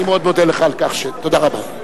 אני מאוד מודה לך על כך, תודה רבה.